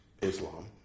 islam